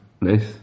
Nice